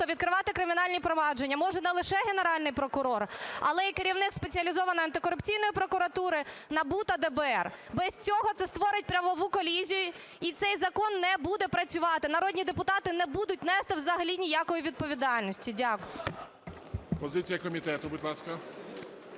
відкривати кримінальні провадження може не лише Генеральний прокурор, але і керівник Спеціалізованої антикорупційної прокуратури, НАБУ та ДБР. Без цього це створить правову колізію, і цей закон не буде працювати. Народні депутати не будуть нести взагалі ніякої відповідальності. Дякую.